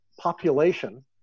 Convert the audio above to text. population